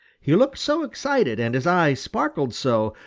he looked so excited, and his eyes sparkled so,